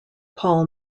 paul